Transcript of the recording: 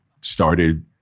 started